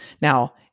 Now